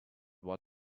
what